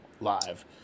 live